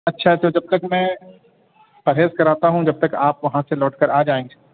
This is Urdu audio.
اچھا تو جب تک میں پرہیز کراتا ہوں جب تک آپ وہاں سے لوٹ کر آ جائیں گے